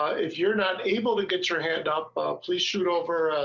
if you're not able to get your hand out a plea should over